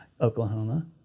Oklahoma